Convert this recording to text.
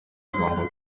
agomba